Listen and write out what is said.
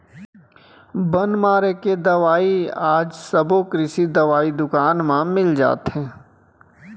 बन मारे के दवई आज सबो कृषि दवई दुकान म मिल जाथे